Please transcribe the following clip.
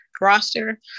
roster